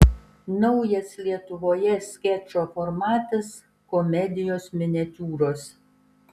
naujas lietuvoje skečo formatas komedijos miniatiūros